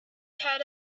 had